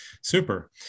Super